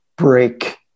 break